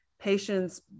patients